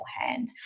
hand